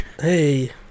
Hey